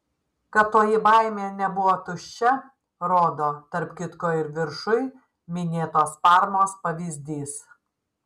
kad toji baimė nebuvo tuščia rodo tarp kitko ir viršuj minėtos parmos pavyzdys